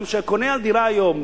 אתה קונה דירה היום,